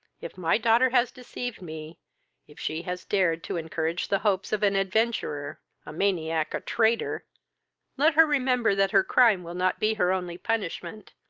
if my daughter has deceived me if she has dared to encourage the hopes of an adventurer a maniac a traitor let her remember that her crime will not be her only punishment,